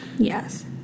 Yes